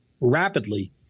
rapidly